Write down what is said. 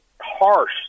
harsh